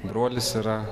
brolis yra